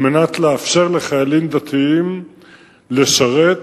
על מנת לאפשר לחיילים דתיים לשרת,